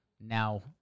now